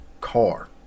car